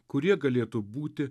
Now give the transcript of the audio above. kurie galėtų būti